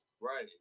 Right